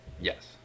Yes